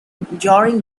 during